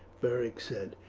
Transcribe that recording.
beric said.